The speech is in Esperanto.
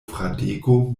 fradeko